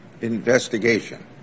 investigation